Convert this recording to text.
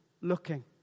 looking